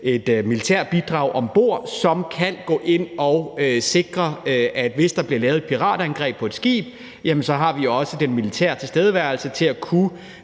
et militært bidrag ombord, som kan gå ind og sikre, at hvis der bliver lavet et piratangreb på et skib, jamen så har vi også den militære tilstedeværelse til at kunne